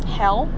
hell